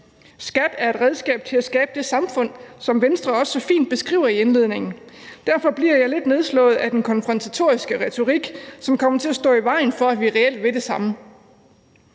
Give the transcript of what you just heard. skat er et redskab til at skabe det samfund, som Venstre også så fint beskriver i indledningen. Derfor bliver jeg lidt nedslået af den konfrontatoriske retorik, som kommer til at stå i vejen for, at vi reelt vil det samme.